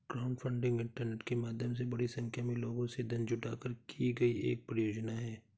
crowdfunding internet के माध्यम से बड़ी संख्या में लोगों से धन जुटाकर की गई एक परियोजना है